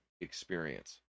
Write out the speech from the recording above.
experience